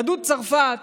יהדות צרפת